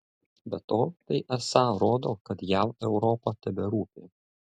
be to tai esą rodo kad jav europa teberūpi